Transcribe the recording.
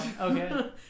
okay